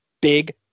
big